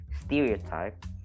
stereotype